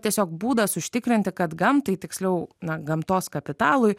tiesiog būdas užtikrinti kad gamtai tiksliau na gamtos kapitalui